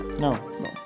No